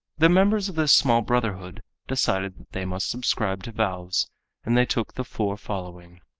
the members of this small brotherhood decided that they must subscribe to vows and they took the four following